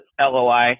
LOI